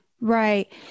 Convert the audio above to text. Right